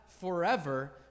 forever